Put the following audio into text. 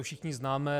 Všichni to známe.